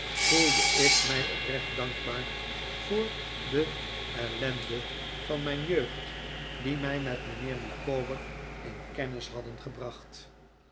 voelde ik mij oprecht dankbaar voor de ellenden van mijn jeugd die mij met mijnheer micawber in kennis hadden gebracht